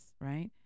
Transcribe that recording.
right